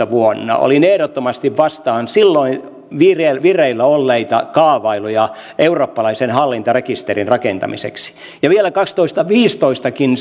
vuonna kaksituhattakaksitoista olin ehdottomasti vastaan silloin vireillä vireillä olleita kaavailuja eurooppalaisen hallintarekisterin rakentamiseksi ja vielä kaksituhattaviisitoistakin